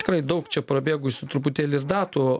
tikrai daug čia prabėgusių truputėlį ir datų